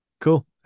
cool